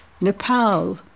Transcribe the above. Nepal